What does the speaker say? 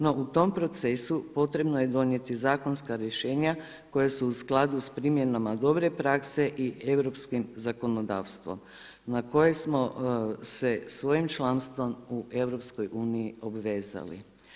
No u tom procesu potrebno je donijeti zakonska rješenja koja su u skladu s primjenama dobre prakse i europskim zakonodavstvom na koje smo se svojim članstvom u EU obvezali.